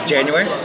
January